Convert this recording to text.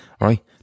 right